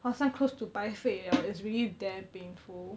好像 close to 白费 liao is really damn painful